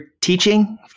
teaching